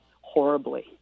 horribly